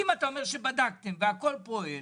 אם אתה אומר שבדקתם והכל פועל,